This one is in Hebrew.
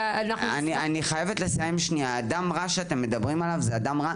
הדם רע שאתם מדברים עליו הוא הדם הרע